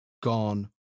gone